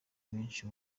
benshi